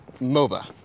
MOBA